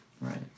Right